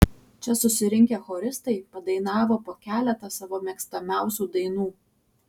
čia susirinkę choristai padainavo po keletą savo mėgstamiausių dainų